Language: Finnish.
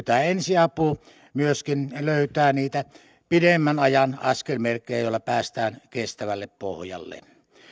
tämä ensiapu myöskin löytää niitä pidemmän ajan askelmerkkejä joilla päästään kestävälle pohjalle